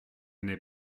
n’est